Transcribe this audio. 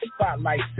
spotlight